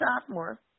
sophomore